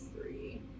Three